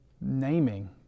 naming